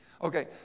Okay